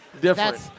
different